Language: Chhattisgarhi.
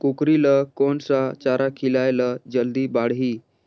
कूकरी ल कोन सा चारा खिलाय ल जल्दी बाड़ही?